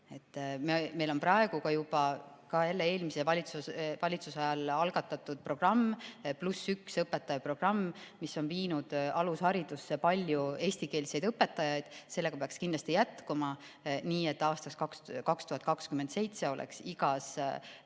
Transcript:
Meil on praegu juba eelmise valitsuse ajal algatatud programm, "+1 õpetaja" programm, mis on viinud alusharidusse palju eestikeelseid õpetajaid. Sellega peaks kindlasti jätkama, nii et aastaks 2027 oleks igas rühmas